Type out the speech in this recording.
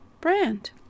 brand